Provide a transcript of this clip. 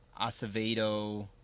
Acevedo